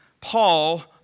Paul